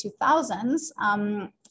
2000s